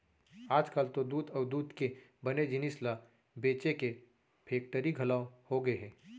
आजकाल तो दूद अउ दूद के बने जिनिस ल बेचे के फेक्टरी घलौ होगे हे